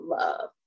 love